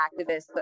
activists